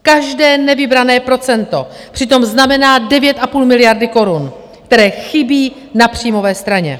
Každé nevybrané procento přitom znamená 9,5 miliardy korun, které chybí na příjmové straně.